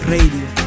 Radio